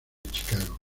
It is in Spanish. chicago